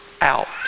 out